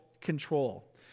control